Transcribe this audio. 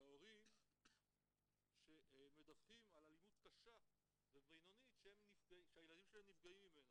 כשהורים שמדווחים על אלימות קשה ובינונית שהילדים שלהם נפגעים ממנה.